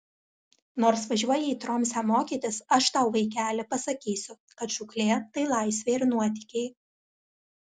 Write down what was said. nors važiuoji į tromsę mokytis aš tau vaikeli pasakysiu kad žūklė tai laisvė ir nuotykiai